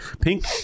pink